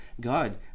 God